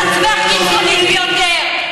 את עצמך קיצונית ביותר.